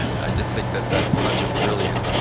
i just think that that's such a brilliant,